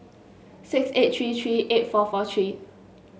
six eight three three eight four four three